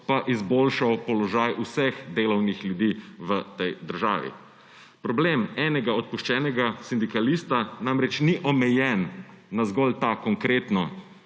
pa izboljšal položaj vseh delavnih ljudi v tej državi. Problem enega odpuščenega sindikalista namreč ni omejen na zgolj to konkretno